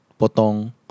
potong